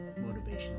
motivational